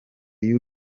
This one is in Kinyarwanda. y’u